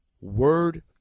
word